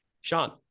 sean